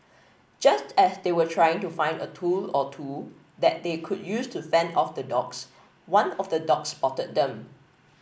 just as they were trying to find a tool or two that they could use to fend off the dogs one of the dogs spotted them